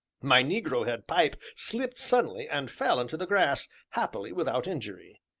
my negro-head pipe slipped suddenly, and fell into the grass, happily without injury.